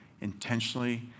intentionally